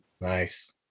Nice